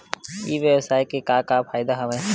ई व्यवसाय के का का फ़ायदा हवय?